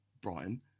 brian